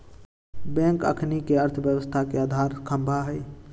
bank अखनिके अर्थव्यवस्था के अधार ख़म्हा हइ